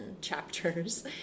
chapters